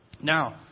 Now